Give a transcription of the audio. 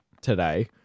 today